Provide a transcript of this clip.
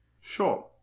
Sure